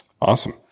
Awesome